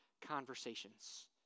conversations